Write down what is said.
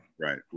right